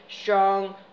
strong